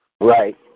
Right